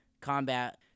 combat